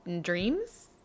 dreams